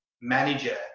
manager